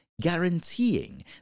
guaranteeing